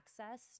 access